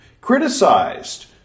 criticized